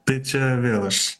tai čia vėl aš